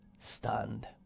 stunned